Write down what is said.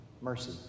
mercy